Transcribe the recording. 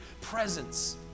presence